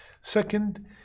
Second